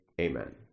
Amen